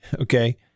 okay